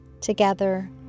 Together